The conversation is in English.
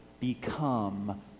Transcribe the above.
become